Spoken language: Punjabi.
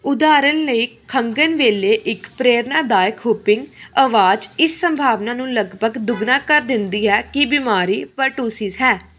ਉਦਾਹਰਣ ਲਈ ਖੰਘਣ ਵੇਲੇ ਇੱਕ ਪ੍ਰੇਰਨਾਦਾਇਕ ਹੂਪਿੰਗ ਅਵਾਜ਼ ਇਸ ਸੰਭਾਵਨਾ ਨੂੰ ਲਗਭਗ ਦੁੱਗਣਾ ਕਰ ਦਿੰਦੀ ਹੈ ਕਿ ਬਿਮਾਰੀ ਪਰਟੂਸਿਸ ਹੈ